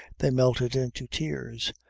they melted into tears.